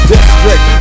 District